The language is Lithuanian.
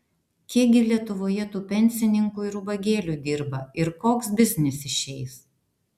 kiek gi lietuvoje tų pensininkų ir ubagėlių dirba ir koks biznis išeis